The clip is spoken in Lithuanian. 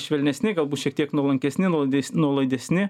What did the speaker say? švelnesni galbūt šiek tiek nuolankesni nuolaides nuolaidesni